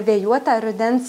vėjuotą rudens